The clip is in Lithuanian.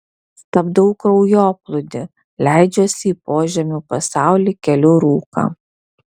stabdau kraujoplūdį leidžiuosi į požemių pasaulį keliu rūką